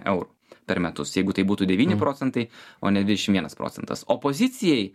eurų per metus jeigu tai būtų devyni procentai o ne dvidešim vienas procentas opozicijai